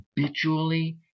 habitually